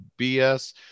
BS